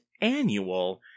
annual